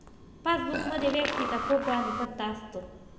passbook मध्ये व्यक्तीचा photo आणि पत्ता असतो